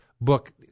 book